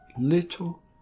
Little